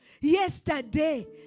yesterday